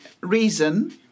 reason